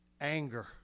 anger